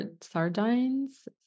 sardines